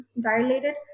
dilated